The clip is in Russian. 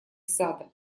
сада